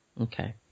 Okay